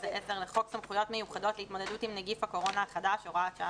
הצעת תקנות סמכויות מיוחדות להתמודדות עם נגיף הקורונה החדש (הוראת שעה)